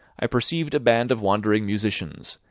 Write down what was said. i perceived a band of wandering musicians,